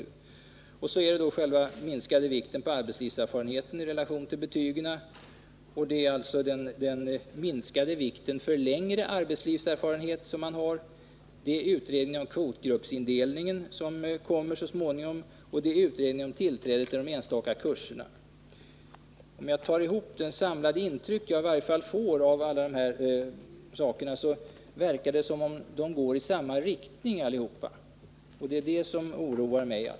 Sedan är det arbetslivserfarenhetens minskade vikt i relation till betygen samt den minskade vikten för längre arbetslivserfarenhet. Det är utredningen om kvotgruppsindelningen som kommer så småningom, och det är utredningen om tillträdet till enstaka kurser. Det samlade intryck jag får av alla dessa delar är att de går i samma riktning allihopa, och det är alltså det som oroar mig.